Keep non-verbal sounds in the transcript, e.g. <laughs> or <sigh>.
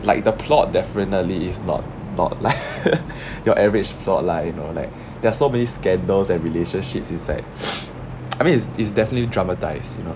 like the plot definitely is not not <laughs> your average plot lah you know like there are so many scandals and relationships inside <breath> I mean it's it's definitely dramatise you know